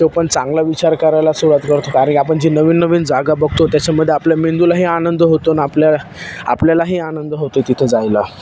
तो पण चांगला विचार करायला सुरवात करतो कारण आपण जी नवीन नवीन जागा बघतो त्याच्यामध्ये आपल्या मेंदूलाही आनंद होतो न आपल्याला आपल्यालाही आनंद होतो तिथे जायला